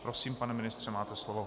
Prosím, pane ministře, máte slovo.